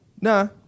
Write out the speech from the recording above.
Nah